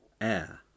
air